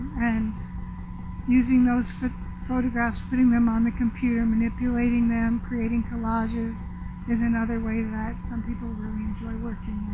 and using those but photographs, putting them on the computer, manipulating them, creating collages is another way that some people really enjoy working.